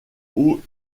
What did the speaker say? haut